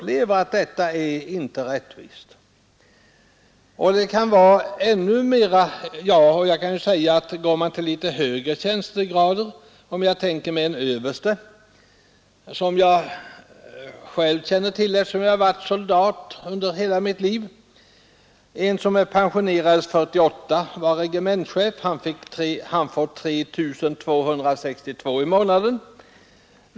Låt mig också ta ett exempel från litet högre tjänstegrader. Jag kan t.ex. ta en överste, ett fall som jag själv känner till, eftersom jag varit soldat under hela mitt liv. En regementschef som pensionerades år 1948 får nu 3 262 kronor i månaden i pension.